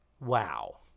Wow